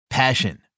Passion